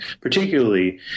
particularly